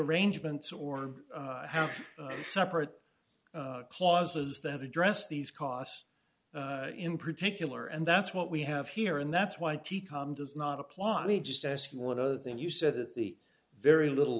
arrangements or have separate clauses that address these costs in particular and that's what we have here and that's why t com does not apply to me just ask you one other thing you said that the very little